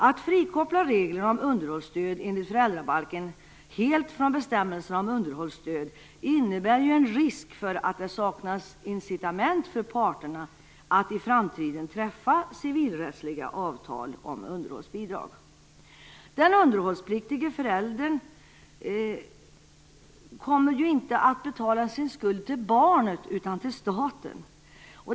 Att frikoppla reglerna om underhåll enligt föräldrabalken helt från bestämmelserna om underhållsstöd innebär en risk för att det saknas incitament för parterna att i framtiden träffa civilrättsliga avtal om underhållsbidrag. Den underhållspliktige föräldern kommer ju inte att betala sin skuld till barnet utan till staten.